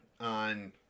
on